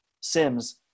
Sims